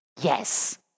Yes